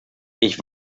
ich